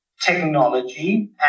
technology